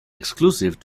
exclusive